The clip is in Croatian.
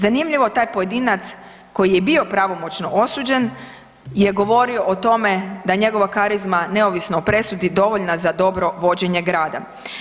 Zanimljivo taj pojedinac koji je i bio pravomoćno osuđen je govorio o tome da je njegova karizma neovisno o presudi dovoljna za dobro vođenje grada.